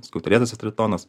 skiauterėtasis tritonas